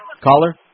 Caller